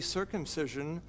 circumcision